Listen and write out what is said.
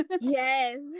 yes